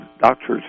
doctors